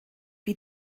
wie